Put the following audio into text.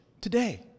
today